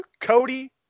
Cody